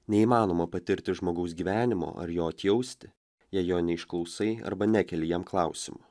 neįmanoma patirti žmogaus gyvenimo ar jo atjausti jei jo neišklausai arba nekeli jam klausimų